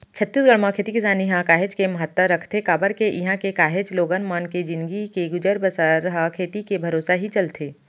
छत्तीसगढ़ म खेती किसानी ह काहेच के महत्ता रखथे काबर के इहां के काहेच लोगन मन के जिनगी के गुजर बसर ह खेती के भरोसा ही चलथे